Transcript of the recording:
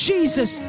Jesus